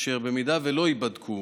אשר אם לא יבדקו,